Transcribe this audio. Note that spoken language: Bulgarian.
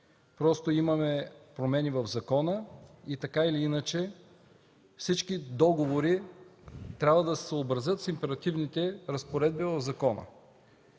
дата. Има промени в закона и така или иначе всички договори трябва да се съобразят с императивните разпоредби на закона.